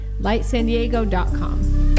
lightsandiego.com